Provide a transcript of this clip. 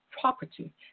property